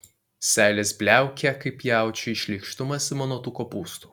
seilės bliaukia kaip jaučiui šleikštumas ima nuo tų kopūstų